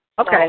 Okay